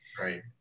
right